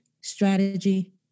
strategy